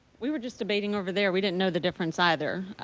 we were just debating over there. we didn't no the difference either,